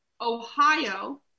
Ohio